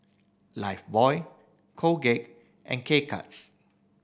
Lifebuoy Colgate and K Cuts